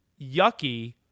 Yucky